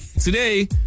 Today